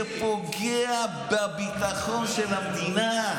זה פוגע בביטחון של המדינה.